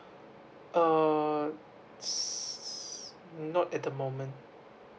uh s~ not at the moment